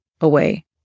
away